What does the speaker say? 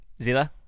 Zila